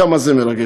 כמה זה מרגש.